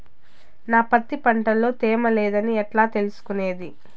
నా పత్తి పంట లో తేమ లేదని ఎట్లా తెలుసుకునేది?